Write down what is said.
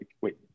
Wait